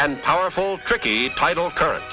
and powerful tricky tidal current